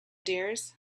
dears